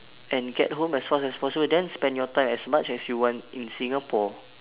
and get home as fast as possible then spend your time as much as you want in singapore